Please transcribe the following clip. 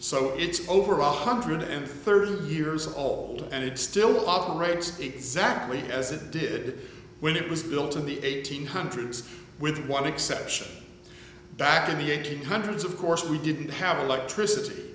so it's over one hundred and thirty years old and it still operates exactly as it did when it was built in the eighteen hundreds with one exception back in the eighty's hundreds of course we didn't have electricity